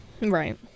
Right